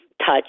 touch